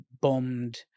bombed